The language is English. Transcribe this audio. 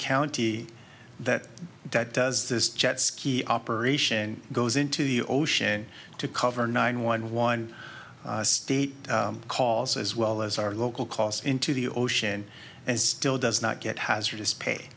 county that that does this jet ski operation goes into the ocean to cover nine one one state calls as well as our local costs into the ocean and still does not get hazardous pay